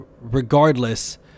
regardless